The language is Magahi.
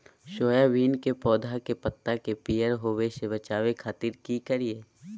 सोयाबीन के पौधा के पत्ता के पियर होबे से बचावे खातिर की करिअई?